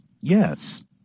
Yes